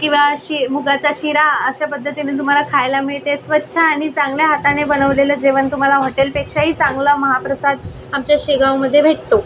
किंवा शि मुगाचा शिरा अशा पद्धतीने तुम्हाला खायला मिळते स्वच्छ आणि चांगल्या हाताने बनवलेलं जेवण तुम्हाला हॉटेलपेक्षाही चांगला महाप्रसाद आमच्या शेगावमध्ये भेटतो